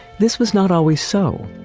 this was not always so.